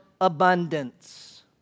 abundance